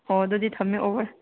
ꯑꯣ ꯑꯗꯨꯗꯤ ꯊꯝꯃꯦ ꯑꯣꯕꯔ